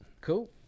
Cool